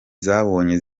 zabonye